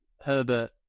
Herbert